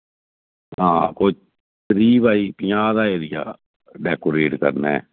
आं कोई त्रीह् बाय पंजाह् दा एरिया डेकोरेट करना ऐ